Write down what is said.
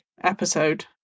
episode